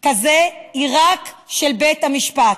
כזה היא רק של בית המשפט.